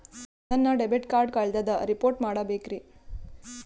ನನ್ನ debit card ಕಳ್ದದ report ಮಾಡಬೇಕ್ರಿ